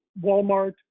Walmart